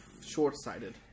short-sighted